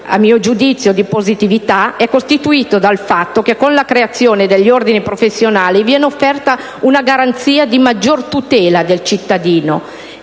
di positività è costituito a mio giudizio dal fatto che con la creazione degli ordini professionali viene offerta una garanzia di maggior tutela del cittadino